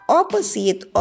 opposite